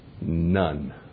None